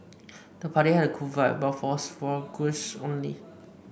the party had a cool vibe but was for guests only